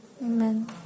Amen